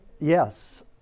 Yes